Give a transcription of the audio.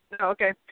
Okay